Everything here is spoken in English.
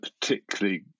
particularly